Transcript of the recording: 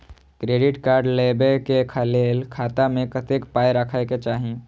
Credit card लेबै के लेल खाता मे कतेक पाय राखै के चाही?